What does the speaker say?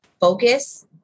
focus